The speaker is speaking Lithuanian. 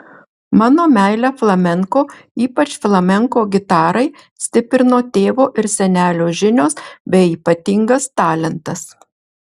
mano meilę flamenko ypač flamenko gitarai stiprino tėvo ir senelio žinios bei ypatingas talentas